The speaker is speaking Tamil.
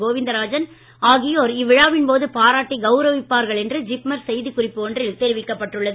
கோவிந்தராஜன் ஆகியோர் இவ்விழாவின்போது பாராட்டி கவுரவிப்பார்கள் என்று ஜிப்மர் செய்தி குறிப்பு ஒன்றில் தெரிவிக்கப்பட்டுள்ளது